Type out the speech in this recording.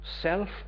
self